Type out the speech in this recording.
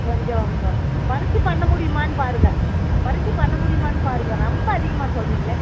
கொஞ்சம் குறைச்சி பண்ண முடியுமான்னு பாருங்கள் குறைச்சி பண்ண முடியுமான்னு பாருங்கள் ரொம்ப அதிகமாக சொல்கிறிங்களே